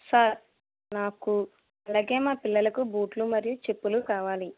sir నాకు అలాగే మా పిల్లలకు బూట్లు మరియు చెప్పులు కావాలి